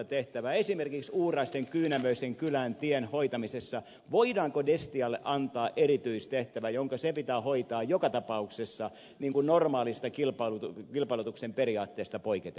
esimerkiksi voidaanko uuraisten kyynämöisen kylän tien hoitamisessa destialle antaa erityistehtävä joka sen pitää hoitaa joka tapauksessa normaalista kilpailutuksen periaatteesta poiketen